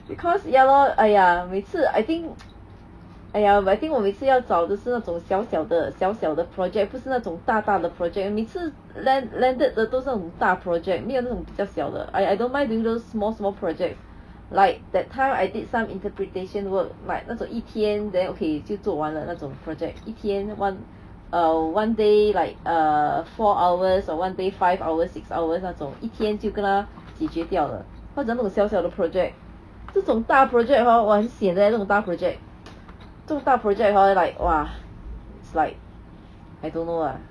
because ya lor !aiya! 每次 I think !aiya! but I think 我每次要找的是那种小小的小小的 project 不是那种大大的 project 每次 land landed 的都是那种大 project 沒有那种比较小的 I I don't mind doing those small small project like that time I did some interpretation work like 那种一天 then okay 就做完了那种 project 一天 one err one day like err four hours or one day five hours six hours 那种一天就跟它解决掉了或者那种小小的 project 这种大 project hor !wah! 很 sian 的 leh 这种大 project 这种大 project hor like !wah! it's like I don't know lah